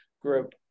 Group